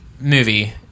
movie